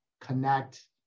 connect